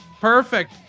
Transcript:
Perfect